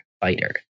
fighter